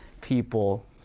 people